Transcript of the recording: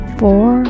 four